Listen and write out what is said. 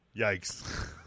Yikes